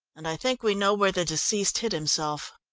and i think we know where the deceased hid himself.